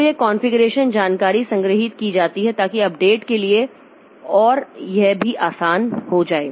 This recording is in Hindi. तो यह कॉन्फ़िगरेशन जानकारी संग्रहीत की जाती है ताकि अपडेट के लिए और यह भी आसान हो जाए